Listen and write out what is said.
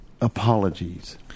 apologies